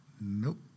Nope